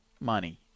money